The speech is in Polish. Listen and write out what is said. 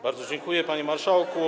Bardzo dziękuję, panie marszałku.